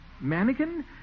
Mannequin